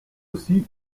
aussi